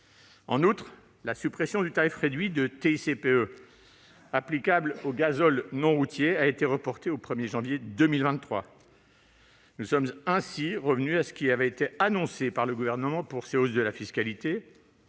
En outre, la suppression du tarif réduit de TICPE applicable au gazole non routier a été reportée au 1janvier 2023. Nous sommes ainsi revenus à ce qui avait été annoncé par le Gouvernement. Les secteurs concernés